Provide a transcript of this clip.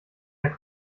der